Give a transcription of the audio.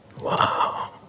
Wow